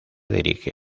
dirige